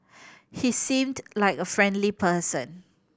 he seemed like a friendly person